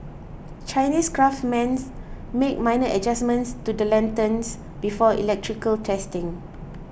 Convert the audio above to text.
Chinese craftsmen make minor adjustments to the lanterns before electrical testing